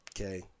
Okay